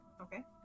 Okay